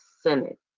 Senate